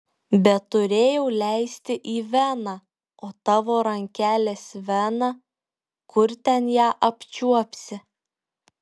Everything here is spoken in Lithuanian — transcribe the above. bet turėjau leisti į veną o tavo rankelės vena kur ten ją apčiuopsi